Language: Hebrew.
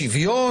שוויון,